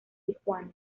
tijuana